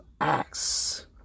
acts